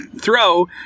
throw